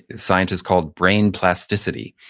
scientists called brain plasticity.